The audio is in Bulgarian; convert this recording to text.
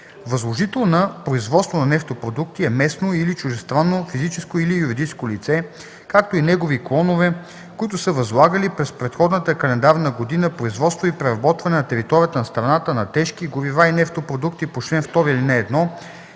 „Възложител на производство на нефтопродукти” е местно или чуждестранно физическо или юридическо лице, както и негови клонове, които са възлагали през предходната календарна година производство и преработване на територията на страната на тежки горива и нефтопродукти по чл. 2, ал. 1